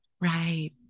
right